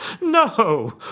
No